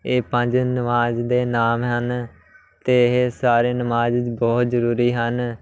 ਇਹ ਪੰਜ ਨਮਾਜ਼ ਦੇ ਨਾਮ ਹਨ ਅਤੇ ਇਹ ਸਾਰੇ ਨਮਾਜ਼ ਬਹੁਤ ਜ਼ਰੂਰੀ ਹਨ